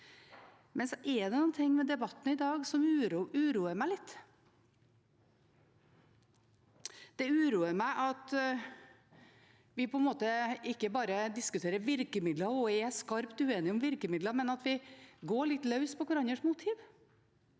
er noen ting med debatten i dag som uroer meg litt. Det uroer meg at vi ikke bare diskuterer virkemidler og er skarpt uenige om virkemidler, men at vi går litt løs på hverandres motiv.